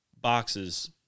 boxes